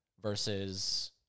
versus